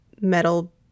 metal